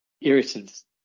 irritants